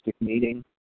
meeting